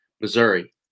Missouri